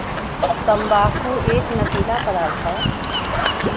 तम्बाकू एक नसीला पदार्थ हौ